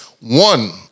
One